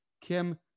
Kim